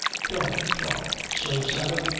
don't talk so, sarah.